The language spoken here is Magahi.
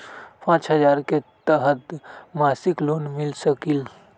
पाँच हजार के तहत मासिक लोन मिल सकील?